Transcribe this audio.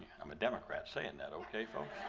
i'm a democrat saying that, okay folks